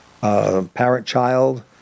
parent-child